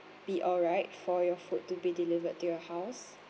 be alright for your food to be delivered to your house